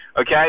okay